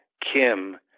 Kim